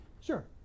Sure